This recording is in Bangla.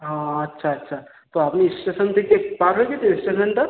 ও আচ্ছা আচ্ছা তো আপনি স্টেশান থেকে পার হয়ে গেছে স্টেশানটা